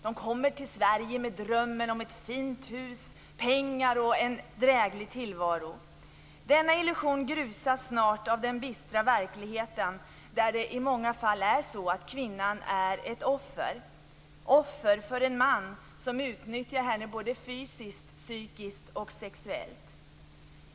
De kommer till Sverige med drömmen om ett fint hus, pengar och en dräglig tillvaro. Denna illusion grusas snart av den bistra verkligheten där det i många fall är kvinnan som blir ett offer - offer för en man som utnyttjar henne såväl fysiskt som psykiskt och sexuellt.